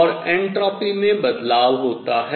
और एन्ट्रापी में बदलाव होता है